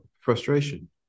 frustration